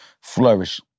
flourish